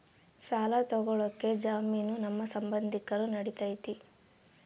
ಸಾಲ ತೊಗೋಳಕ್ಕೆ ಜಾಮೇನು ನಮ್ಮ ಸಂಬಂಧಿಕರು ನಡಿತೈತಿ?